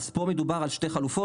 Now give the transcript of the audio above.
אז פה מדובר על שתי חלופות,